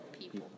people